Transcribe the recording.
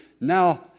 now